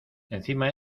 encima